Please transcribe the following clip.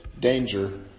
danger